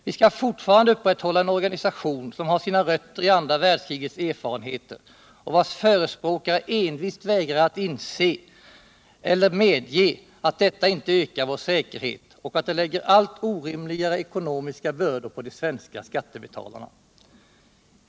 Vi skall fortfarande upprätthålla en organisation som har sina rötter i andra världskrigets erfarenheter och vars förespråkare envist vägrar att inse, eller medge, att detta inte ökar vår säkerhet och att det lägger allt orimligare ekonomiska bördor på de svenska skattebetalarna.